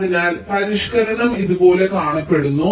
അതിനാൽ പരിഷ്ക്കരണം ഇതുപോലെ കാണപ്പെടുന്നു